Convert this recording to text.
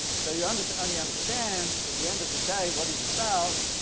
so you and so only understand, at the end of the day, what he's about,